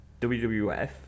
WWF